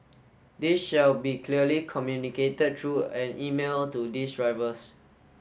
this shall be clearly communicated through an email to these drivers